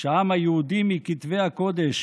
שהעם היהודי מכתבי הקודש